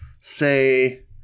say